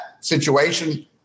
situation